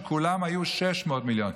כולם היו 600 מיליון,